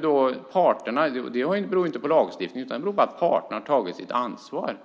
Det beror inte på lagstiftningen utan det beror på att parterna har tagit sitt ansvar.